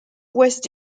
west